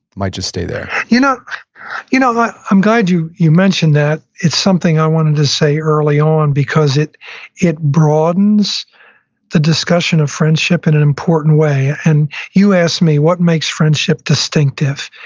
might just stay there you know you know what? i'm glad you you mentioned that. it's something i wanted to say early on because it it broadens the discussion of friendship in an important way. and you asked me what makes friendship distinctive.